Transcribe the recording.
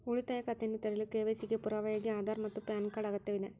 ಉಳಿತಾಯ ಖಾತೆಯನ್ನು ತೆರೆಯಲು ಕೆ.ವೈ.ಸಿ ಗೆ ಪುರಾವೆಯಾಗಿ ಆಧಾರ್ ಮತ್ತು ಪ್ಯಾನ್ ಕಾರ್ಡ್ ಅಗತ್ಯವಿದೆ